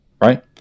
right